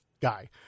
guy